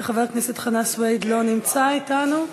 וחבר הכנסת חנא סוייד לא נמצא אתנו.